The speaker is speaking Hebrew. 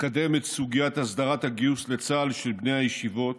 תקדם את סוגיית הסדרת הגיוס לצה"ל של בני הישיבות,